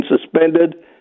suspended